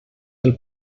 del